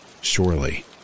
surely